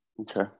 okay